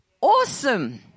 awesome